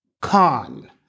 Con